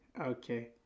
okay